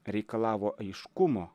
reikalavo aiškumo